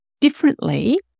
differently